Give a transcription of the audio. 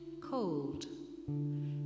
cold